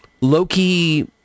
Loki